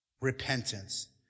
repentance